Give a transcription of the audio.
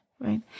right